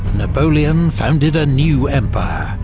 napoleon founded a new empire,